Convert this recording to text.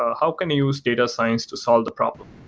ah how can i use data science to solve the problem?